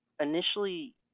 initially